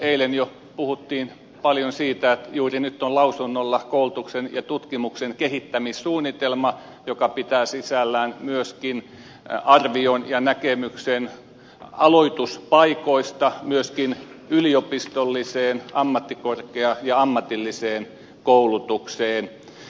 eilen jo puhuttiin paljon siitä että juuri nyt on lausunnolla koulutuksen ja tutkimuksen kehittämissuunnitelma joka pitää sisällään myöskin arvion ja näkemyksen aloituspaikoista myöskin yliopistolliseen ammattikorkea ja ammatilliseen koulutukseen